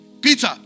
Peter